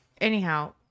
anyhow